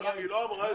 היא לא אמרה את זה.